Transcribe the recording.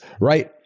right